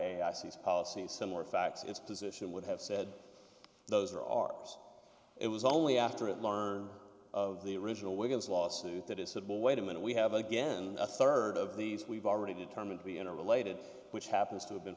c policy similar facts its position would have said those are ours it was only after it learned of the original wigan's lawsuit that it said well wait a minute we have again a third of these we've already determined to be interrelated which happens to have been